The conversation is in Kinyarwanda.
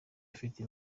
ufite